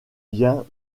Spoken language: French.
bien